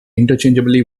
interchangeably